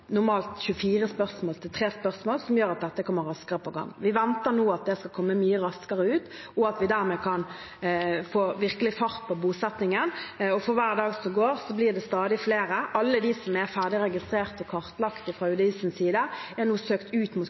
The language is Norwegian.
normalt er 24 spørsmål, til 3 spørsmål, noe som gjør at dette kommer raskere i gang. Vi forventer nå at de skal komme mye raskere ut, og at vi dermed virkelig kan få fart på bosettingen. For hver dag som går, blir det stadig flere. Alle de som er ferdig registrert og kartlagt fra UDIs side, er nå søkt ut mot